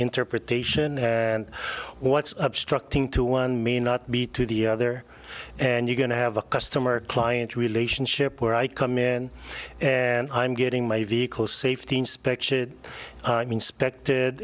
interpretation and what's obstructing to one may not be to the other and you're going to have a customer client relationship where i come in and i'm getting my vehicle safety inspection inspect